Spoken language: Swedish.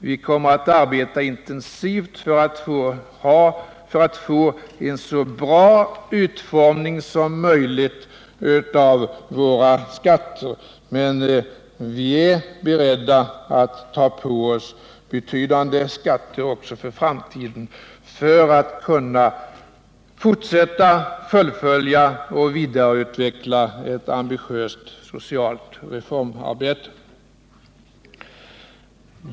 Vi kommer att arbeta intensivt för att få en så bra utformning som möjligt av våra skatter. Men vi är beredda att ta på oss betydande skatter också för framtiden för att kunna fortsätta, fullfölja och vidareutveckla ett ambitiöst socialt reformarbete.